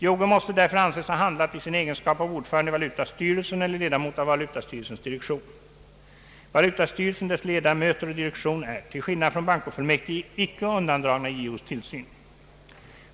Joge måste därför anses ha handlat i sin egenskap av ordförande i valutastyrelsen eller ledamot av valutastyrelsens direktion, Valutastyrelsen, dess ledamöter och direktion är, till skillnad från bankofullmäktige, icke undandragna JO:s tillsyn.